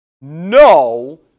No